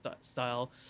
style